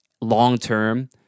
long-term